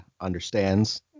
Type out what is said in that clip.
understands